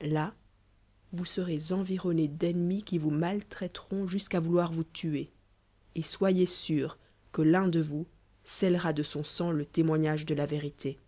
là vous serez environné d'ennemis qui vous maltraiteront jus'lu'à vouloir vous tuer et soyez sûre que l'un de vous scelfera de son sang le témoignage de la vérité